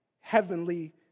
heavenly